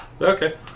Okay